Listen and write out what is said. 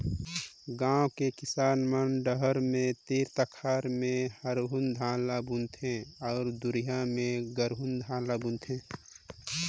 गांव के किसान मन डहर के तीर तखार में हरहून धान ल बुन थें अउ दूरिहा में गरहून धान ल बून थे